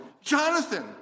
Jonathan